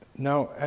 Now